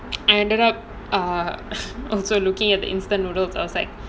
I ended up err also looking at the instant noodles outside